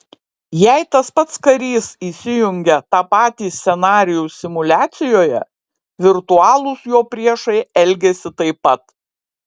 jei tas pats karys įsijungia tą patį scenarijų simuliacijoje virtualūs jo priešai elgiasi taip pat